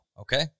okay